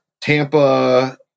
Tampa